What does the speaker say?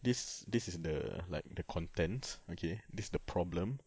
this this is the like the contents okay this is the problem